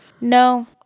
No